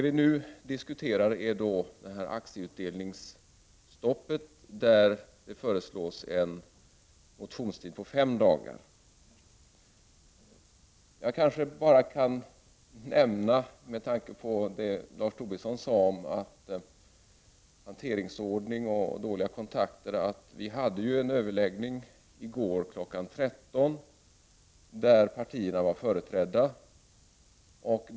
Vi diskuterar nu förslaget om aktieutdelningsstopp där det föreslås en motionstid på fem dagar. Med tanke på det som Lars Tobisson sade om hanteringsordning och dåliga kontakter vill jag nämna att vi hade en överläggning i går kl. 13.00 där partierna var företrädda.